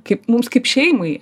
kaip mums kaip šeimai